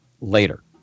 later